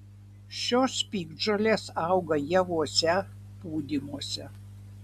šios piktžolės auga javuose pūdymuose